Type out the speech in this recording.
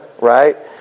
right